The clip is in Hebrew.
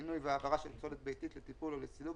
פינוי והעברה של פסולת ביתית לטיפול או לסילוק,